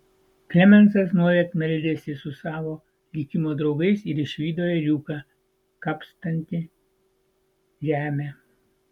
klemensas nuolat meldėsi su savo likimo draugais ir išvydo ėriuką kapstantį žemę